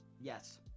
Yes